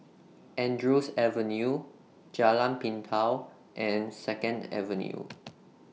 Andrews Avenue Jalan Pintau and Second Avenue